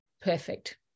Perfect